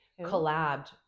collabed